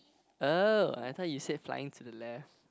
oh I thought you said flying to the left